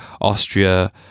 austria